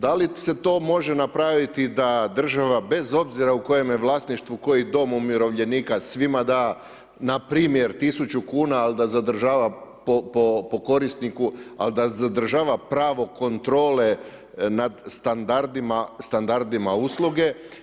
Da li se to može napraviti da država bez obzira u kojem je vlasništvu koji dom umirovljenika svima da na primjer 1000 kuna, ali da zadržava po korisniku, ali da zadržava pravo kontrole nad standardima usluge.